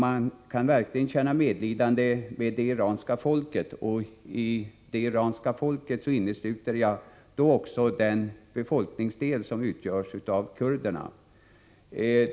Man kan verkligen känna medlidande med det iranska folket, och jag inkluderar då även den befolkningsdel som kurderna utgör.